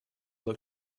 look